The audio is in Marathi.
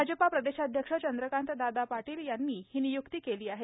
भाजपाचे प्रदेशाध्यक्ष चंद्रकांत दादा पाटील यांनी ही निय्क्ती केली आहे